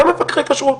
כמה מפקחי כשרות?